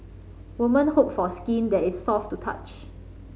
woman hope for skin that is soft to touch